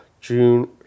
June